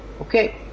okay